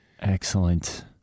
excellent